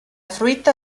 fruita